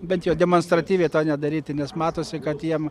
bent jau demonstratyviai to nedaryti nes matosi kad jiem